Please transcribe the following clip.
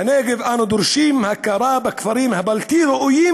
בנגב אנו דורשים הכרה בכפרים הבלתי-ראויים